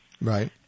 Right